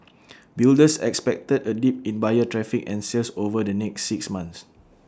builders expected A dip in buyer traffic and sales over the next six months